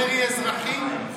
מרי אזרחים?